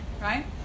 right